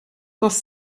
dass